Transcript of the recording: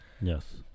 yes